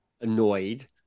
annoyed